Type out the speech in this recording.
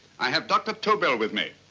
i have dr. tobel with me.